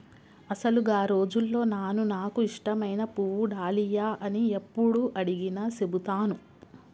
అసలు గా రోజుల్లో నాను నాకు ఇష్టమైన పువ్వు డాలియా అని యప్పుడు అడిగినా సెబుతాను